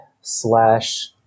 slash